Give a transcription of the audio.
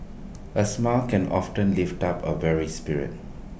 A smile can often lift up A weary spirit